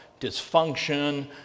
dysfunction